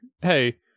hey